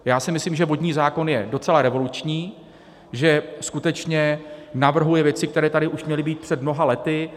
Já si myslím, že vodní zákon je docela revoluční, že skutečně navrhuje věci, které tady už měly být před mnoha lety.